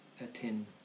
attend